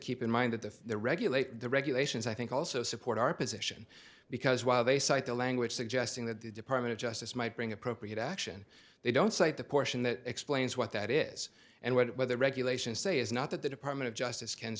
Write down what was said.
keep in mind that the regulate the regulations i think also support our position because while they cite the language suggesting that the department of justice might bring appropriate action they don't cite the portion that explains what that is and what the regulations say is not that the department of justice can